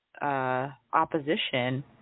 opposition